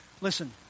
Listen